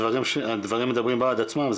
הדברים מדברים בעד עצמם,